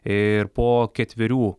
ir po ketverių